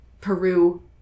Peru